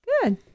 Good